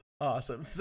awesome